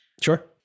sure